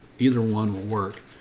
either one will work,